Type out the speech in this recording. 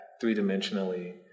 three-dimensionally